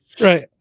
Right